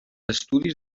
estudis